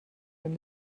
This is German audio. den